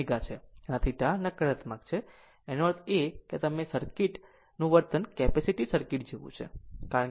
આમ આ સમય θ નકારાત્મક છે તેનો અર્થ છે કે તમે જેને કરો છો તે સર્કિટ વર્તન કેપેસિટીવ સર્કિટ જેવું છે